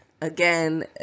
again